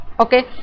Okay